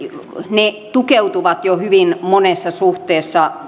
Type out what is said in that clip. ne tukeutuvat jo hyvin monessa suhteessa